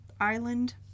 island